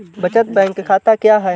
बचत बैंक खाता क्या है?